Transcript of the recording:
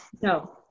No